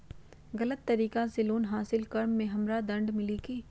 गलत तरीका से लोन हासिल कर्म मे हमरा दंड मिली कि?